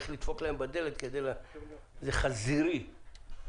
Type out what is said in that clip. זה חזירי.